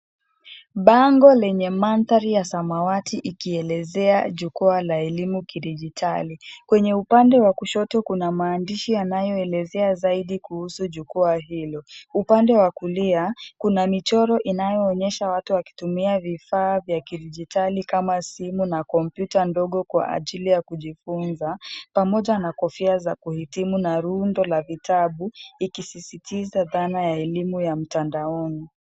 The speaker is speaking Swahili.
Bano lenye mandhari ya samawati likielezea jukwaa la elimu kidijitali. Kwenye upande wa kushoto kuna maandishi yanayoelezea zaidi kuhusu jukwa hilo. Upande wa kulia kuna michoro inayooyesha watu wakitumia vifaa vya kidijitali kama simu na kompyuta ndogo kwa ajili ya kujifunza pamoja na kofia za kuhitimu na rundo la vitabu ikisisitiza dhana ya elimu ya mtandaoni.